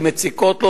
שמציקות לו,